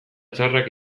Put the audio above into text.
txarrak